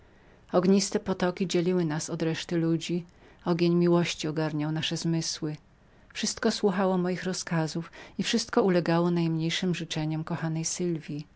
ogniste potoki dzieliły nas od reszty ludzi miłość dni uprzyjemniała wszystko słuchało moich rozkazów i wszystko ulegało najmniejszym życzeniom kochanej